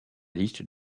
liste